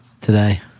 today